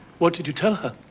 what did you tell her?